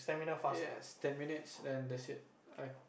yes ten minutes and that's it I